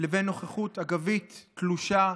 לבין נוכחות אגבית, תלושה,